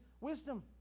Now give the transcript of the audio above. wisdom